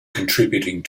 contributing